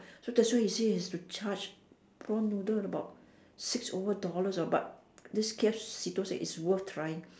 so that's why he say he has to charge prawn noodle about six over dollars orh but this K F Sito said it's worth trying